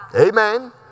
Amen